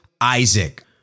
Isaac